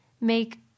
make